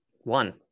One